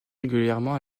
régulièrement